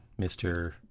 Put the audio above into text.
mr